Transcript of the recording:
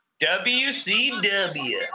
wcw